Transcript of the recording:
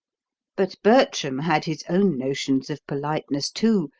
but bertram had his own notions of politeness, too,